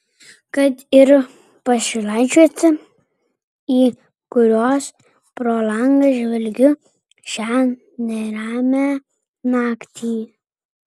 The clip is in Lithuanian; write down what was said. kad ir pašilaičiuose į kuriuos pro langą žvelgiu šią neramią naktį